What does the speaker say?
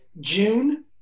June